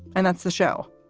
and that's the show.